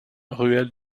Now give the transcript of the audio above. ruelle